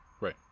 Right